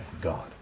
God